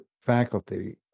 faculty